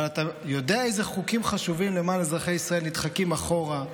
אבל אתה יודע איזה חוקים חשובים למען אזרחי ישראל נדחקים אחורה,